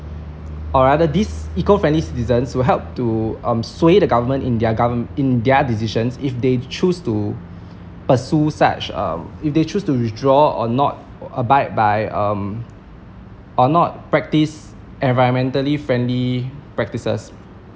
or rather these eco friendly citizens will help to um sway their government in their gove~ in their decisions if they choose to pursue such err if they choose to withdraw or not abide by um or not practise environmentally friendly practices